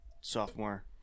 sophomore